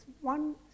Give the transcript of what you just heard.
one